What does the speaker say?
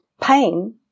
pain